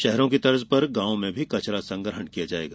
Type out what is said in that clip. शहरों की तर्ज पर गावों में कचरा संग्रहण किया जायेगा